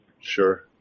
Sure